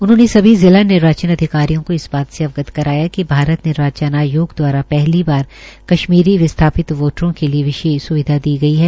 उन्होंने सभी जिला निर्वाचन अधिकारियों को इस बात से अवगत कराया कि भारत निर्वाचन आयोग दवारा पहली बार कश्मीरी विस्थापित वोटरों के लिए विशेष स्विधा दी गई है